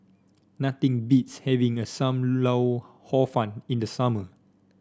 nothing beats having a some lau Hor Fun in the summer